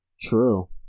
True